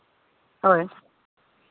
ᱦᱳᱭ